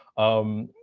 um,